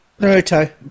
Naruto